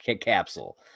Capsule